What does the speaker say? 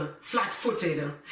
flat-footed